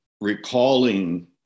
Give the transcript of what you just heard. recalling